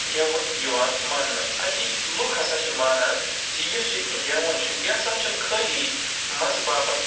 گٮ۪وُن یِوان مانٛنہٕ اَتِکۍ لُکھ ہسا چھِ مانان زِ یُس یہِ گٮ۪وُن چھِ یہِ ہسا چھِنہٕ خٲلی أسۍ مَزٕ باپت